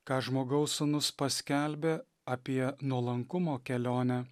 ką žmogaus sūnus paskelbė apie nuolankumo kelionę